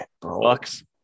Bucks